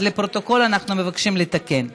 הצעת חוק לתיקון פקודת המכס (מס' 27),